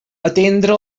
atendre